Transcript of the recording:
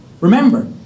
Remember